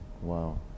Wow